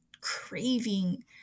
craving